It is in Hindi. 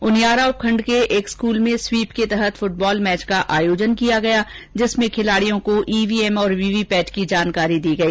उनियारा उपखंड के एक स्कूल में स्वीप के तहत फुटबॉल मैच का आयोजन किया गया जिसमें खिलाड़ियों को ईवीएम और वीवीपेट की जानकारी दी गई